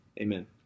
amen